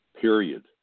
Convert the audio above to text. period